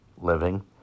living